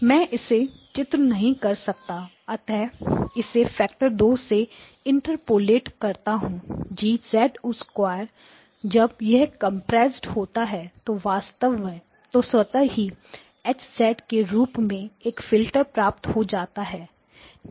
मैं इसे चित्र नहीं कर सकता अतः इसे फैक्टर 2 से इंटर पोलेट करता हूं G जब यह कंप्रेस्ड होता है तो स्वतः ही H के रूप में एक फ़िल्टर प्राप्त हो जाता है